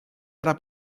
era